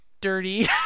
dirty